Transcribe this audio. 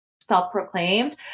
self-proclaimed